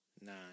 nine